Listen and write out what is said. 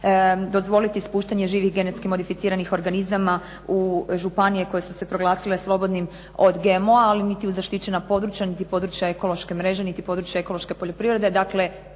dozvoliti ispuštanje živih genetski modificiranih organizama u županije koje su se proglasile slobodnim od GMO-a, ali niti u zaštićena područja, niti područja ekološke mreže, niti područja ekološke poljoprivrede.